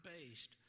based